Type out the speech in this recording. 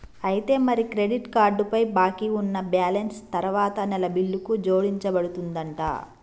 అయితే మరి credit card పై బాకీ ఉన్న బ్యాలెన్స్ తరువాత నెల బిల్లుకు జోడించబడుతుందంట